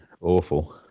awful